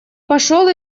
пошел